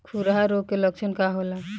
खुरहा रोग के लक्षण का होला?